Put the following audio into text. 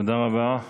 תודה רבה.